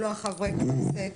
לא חברי כנסת.